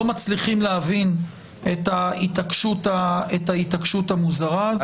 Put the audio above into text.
מצליחים להבין את ההתעקשות המוזרה הזאת.